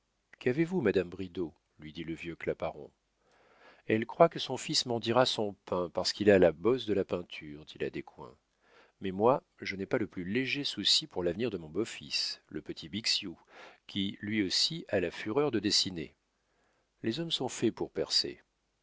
qu'avez-vous madame bridau lui dit le vieux claparon elle croit que son fils mendiera son pain parce qu'il a la bosse de la peinture dit la descoings mais moi je n'ai pas le plus léger souci pour l'avenir de mon beau-fils le petit bixiou qui lui aussi a la fureur de dessiner les hommes sont faits pour percer